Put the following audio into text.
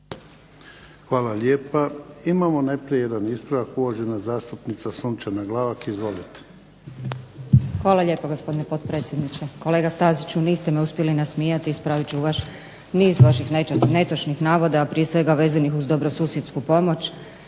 Hvala lijepa. Imamo najprije jedan ispravak uvažena zastupnica Sunčana Glavak. Izvolite. **Glavak, Sunčana (HDZ)** Hvala lijepo gospodine potpredsjedniče. Kolega Staziću niste me uspjeli nasmijati, ispravit ću vaš niz vaših netočnih navoda, a prije sveg uz dobrosusjedsku pomoć